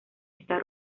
está